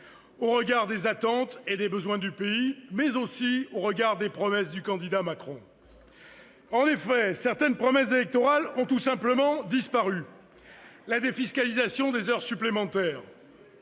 au regard des attentes et des besoins du pays, mais aussi des promesses du candidat Macron. En effet, certaines promesses électorales ont tout simplement disparu, comme la défiscalisation des heures supplémentaires.